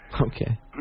okay